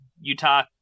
Utah